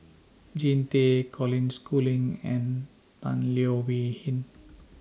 Jean Tay Colin Schooling and Tan Leo Wee Hin